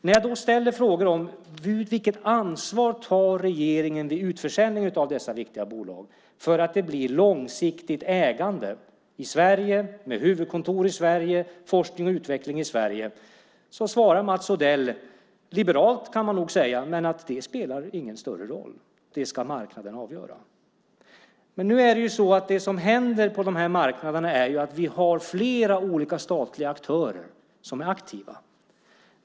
När jag då ställde frågor om vilket ansvar regeringen tar vid utförsäljningen av dessa viktiga bolag för att det blir långsiktigt ägande i Sverige med huvudkontor i Sverige, forskning och utveckling i Sverige svarar Mats Odell, liberalt kan man nog säga, att det inte spelar någon större roll; det ska marknaden avgöra. Men det som händer på de där marknaderna är att vi har flera olika statliga aktörer som är aktiva.